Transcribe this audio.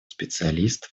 специалистов